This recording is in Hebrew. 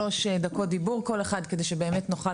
3 דקות דיבור כל אחד כדי שבאמת נוכל